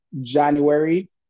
January